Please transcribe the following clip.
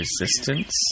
resistance